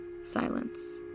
silence